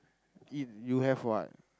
eat you have what